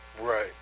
right